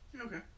okay